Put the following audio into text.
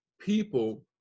people